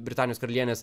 britanijos karalienės